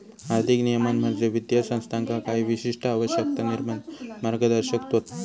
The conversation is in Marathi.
आर्थिक नियमन म्हणजे वित्तीय संस्थांका काही विशिष्ट आवश्यकता, निर्बंध आणि मार्गदर्शक तत्त्वा